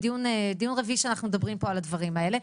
זה דיון רביעי שאנחנו מדברים פה על הדברים האלה.